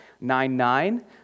nine-nine